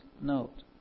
note